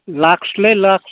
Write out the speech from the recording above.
लाक्सलै lakhs